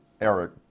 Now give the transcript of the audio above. Eric